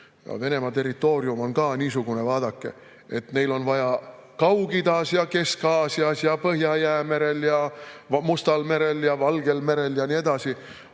Venemaa territoorium on ka niisugune, et vaadake, neil on vaja Kaug-Idas ja Kesk-Aasias ja Põhja-Jäämerel ja Mustal merel ja Valgel merel ja nii edasi